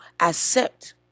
accept